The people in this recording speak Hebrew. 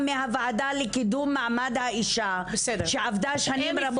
אני אחליף את יו״ר הוועדה, פנינה תמנו שטה,